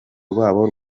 rwabo